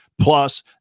plus